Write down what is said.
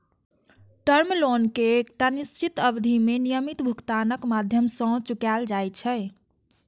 term loan कें एकटा निश्चित अवधि मे नियमित भुगतानक माध्यम सं चुकाएल जाइ छै